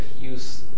use